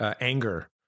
Anger